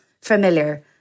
familiar